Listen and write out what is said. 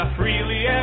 freely